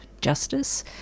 justice